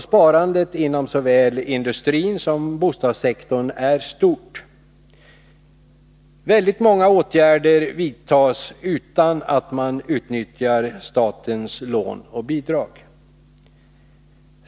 Sparandet inom såväl industrin som bostadssektorn är stort. Många åtgärder vidtas utan att man utnyttjar statens lån och bidrag.